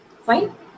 Fine